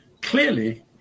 clearly